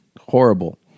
Horrible